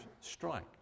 strike